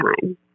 time